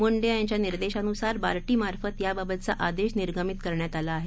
मुंडे यांच्या निर्देशानुसार बार्टीमार्फत याबाबतचा आदेश निर्गमित करण्यात आला आहे